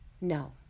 No